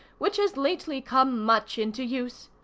which has lately come much into use.